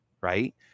Right